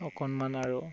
অকণমান আৰু